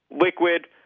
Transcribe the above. Liquid